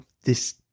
this-